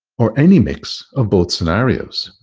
or any mix of both scenarios.